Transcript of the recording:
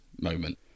moment